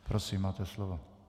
Prosím, máte slovo.